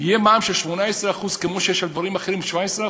יהיה מע"מ של 18% כמו שיש על דברים אחרים 18%?